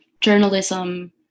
journalism